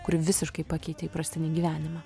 kuri visiškai pakeitė įprastinį gyvenimą